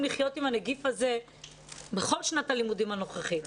לחיות עם הנגיף הזה בכל שנת הלימודים הנוכחית.